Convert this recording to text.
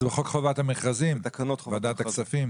זה בחוק חובת המכרזים בוועדת הכספים?